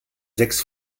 sechs